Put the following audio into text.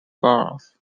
bluff